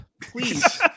please